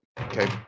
Okay